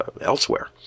elsewhere